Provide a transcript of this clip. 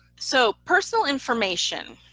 so personal information.